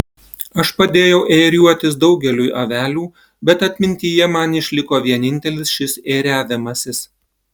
aš padėjau ėriuotis daugeliui avelių bet atmintyje man išliko vienintelis šis ėriavimasis